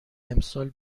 امسال